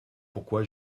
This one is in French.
pourquoi